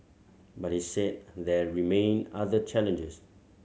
but he said there remain other challenges